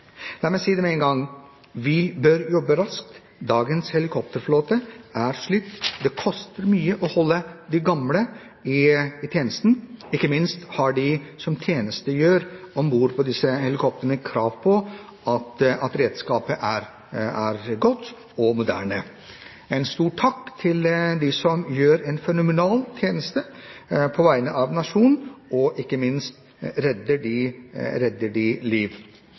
La meg si det med én gang: Vi bør jobbe raskt. Dagens helikopterflåte er slitt. Det koster mye å holde de gamle i tjeneste, og ikke minst har de som tjenestegjør om bord på disse helikoptrene, krav på at utstyret er godt og moderne. Jeg vil rette en stor takk til dem som gjør en fenomenal tjeneste på vegne av nasjonen, og ikke minst redder